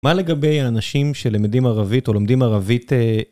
מה לגבי האנשים שלמדים ערבית או לומדים ערבית